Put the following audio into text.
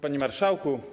Panie Marszałku!